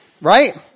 Right